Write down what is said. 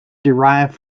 derived